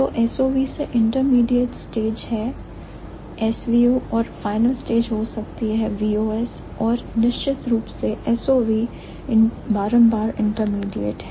तो SOV से intermediate stage है SVO और final stage हो सकती है VOS और निश्चित रूप से SOV बारंबार intermediate है